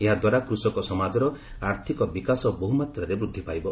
ଏହାଦ୍ୱାରା କୃଷକ ସମାଜର ଆର୍ଥିକ ବିକାଶ ବହୁ ମାତ୍ୱାରେ ବୃଦ୍ଧି ପାଇବ